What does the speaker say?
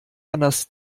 anders